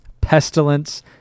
Pestilence